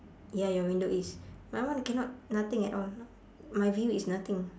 ya your window is my one cannot nothing at all my view is nothing